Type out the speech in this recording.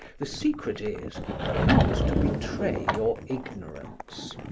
the secret is not to betray your ignorance.